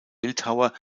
bildhauer